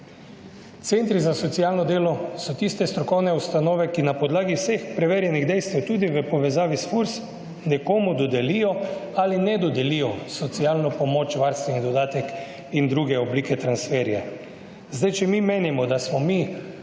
Centri za socialno delo so tiste strokovne ustanove, ki na podlagi vseh preverjenih dejstev tudi v povezavi s FURS, nekomu dodelijo ali ne dodelijo socialno pomoč, varstveni dodatek in druge oblike transferjev. Zdaj, če mi menimo, da smo mi